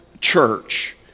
church